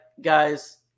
guys